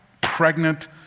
pregnant